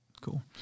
Cool